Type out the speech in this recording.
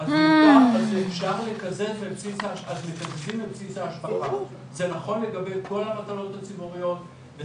האם המס הזה יש לו נגזרת דומה ממקום דומה?